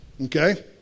okay